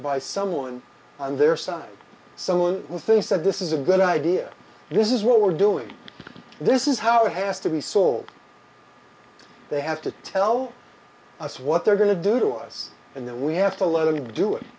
by someone on their side someone with a said this is a good idea this is what we're doing this is how it has to be sold they have to tell us what they're going to do to us and that we have to let them do it